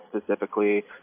specifically